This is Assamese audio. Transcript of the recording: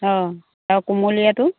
অ' আৰু কোমলীয়াটো